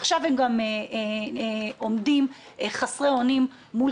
עכשיו הם גם עומדים חסרי אונים מול